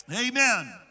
Amen